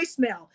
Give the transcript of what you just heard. voicemail